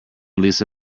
lisa